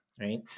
right